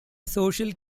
social